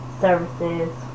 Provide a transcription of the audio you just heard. services